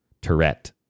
Tourette